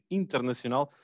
internacional